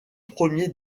premier